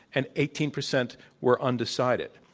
and eighteen percent were undecided.